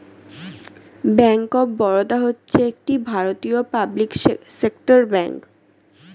bank of Baroda হচ্ছে একটি ভারতীয় পাবলিক সেক্টর ব্যাঙ্ক